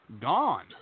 gone